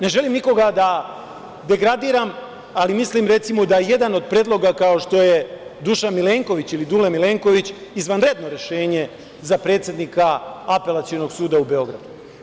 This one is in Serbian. Ne želim nikoga da degradiram, ali mislim, recimo, da je jedan od predloga kao što je Dušan Milenković ili Dule Milenković, izvanredno rešenje za predsednika Apelacionog suda u Beogradu.